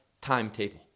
timetable